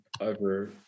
over